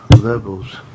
levels